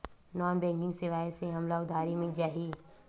Non banking सेवाएं से हमला उधारी मिल जाहि?